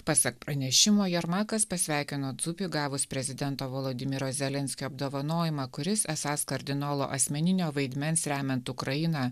pasak pranešimo jermakas pasveikino dzupi gavus prezidento volodimiro zelenskio apdovanojimą kuris esąs kardinolo asmeninio vaidmens remiant ukrainą